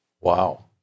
Wow